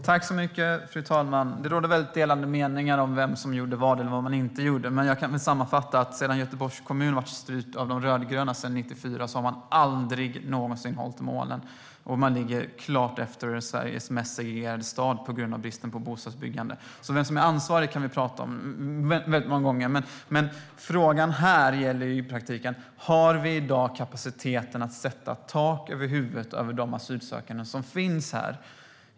Fru talman! Det råder delade meningar om vem som gjorde vad eller vad man inte gjorde. Men jag kan väl sammanfatta att under de år som Göteborgs kommun styrts av de rödgröna, sedan 1994, har man aldrig någonsin klarat målen. Man ligger klart efter och är Sveriges mest segregerade stad på grund av bristen på bostadsbyggande. Vem som är ansvarig kan vi prata om väldigt många gånger. Men frågan här gäller i praktiken: Har vi i dag kapacitet att ge tak över huvudet för de asylsökande som finns här?